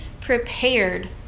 prepared